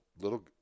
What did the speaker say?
little –